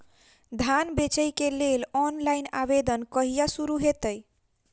धान बेचै केँ लेल ऑनलाइन आवेदन कहिया शुरू हेतइ?